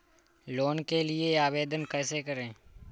Loan के लिए आवेदन कैसे करें?